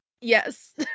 Yes